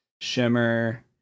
Shimmer